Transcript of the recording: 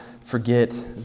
forget